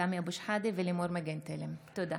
סמי אבו שחאדה ולימור מגן תלם בנושא: משבר בריאות